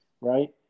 right